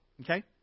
okay